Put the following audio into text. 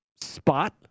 spot